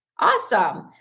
Awesome